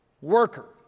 worker